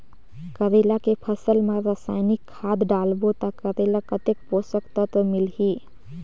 करेला के फसल मा रसायनिक खाद डालबो ता करेला कतेक पोषक तत्व मिलही?